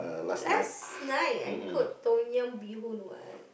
last night I cook Tom-Yum bee-hoon [what]